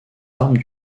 armes